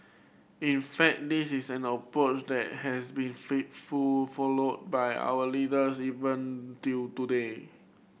in fact this is an approach that has been faithful followed by our leaders even till today